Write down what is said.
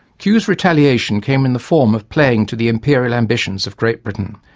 kew's retaliation came in the form of playing to the imperial ambitions of great britain,